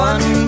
One